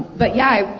but yeah.